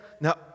now